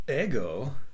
Ego